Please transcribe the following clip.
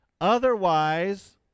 Otherwise